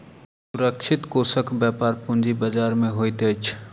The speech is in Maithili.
सुरक्षित कोषक व्यापार पूंजी बजार में होइत अछि